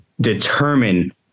determine